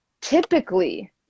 typically